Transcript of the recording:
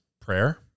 prayer